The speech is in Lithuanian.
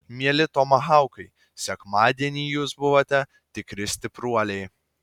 mieli tomahaukai sekmadienį jūs buvote tikri stipruoliai